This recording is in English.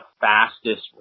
fastest